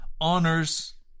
honors